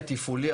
התפעולי,